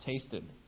tasted